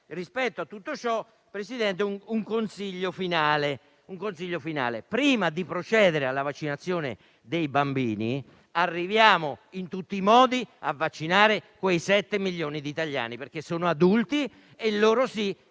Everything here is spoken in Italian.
Presidente, ci consenta un consiglio finale: prima di procedere alla vaccinazione dei bambini, arriviamo in tutti i modi a vaccinare quei 7 milioni di italiani, perché sono adulti e loro sì